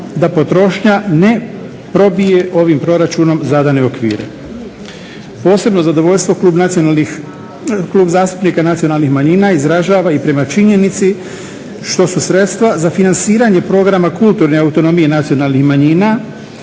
da potrošnja ne probije ovim proračunom zadane okvire. Posebno zadovoljstvo Klub zastupnika nacionalnih manjina izražava i prema činjenici što su sredstva za financiranje programa kulturne autonomije nacionalnih manjina,